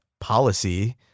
policy